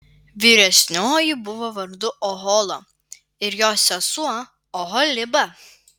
vyresnioji buvo vardu ohola ir jos sesuo oholiba